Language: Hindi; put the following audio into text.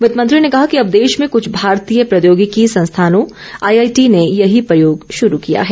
वित्तमंत्री ने कहा कि अब देश में कुछ भारतीय प्रौद्योगिकी संस्थानों आईआईटी ने यही प्रयोग शुरु किया है